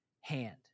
hand